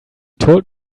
told